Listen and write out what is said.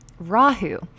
Rahu